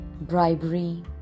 bribery